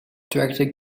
director